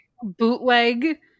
bootleg